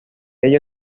ello